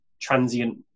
transient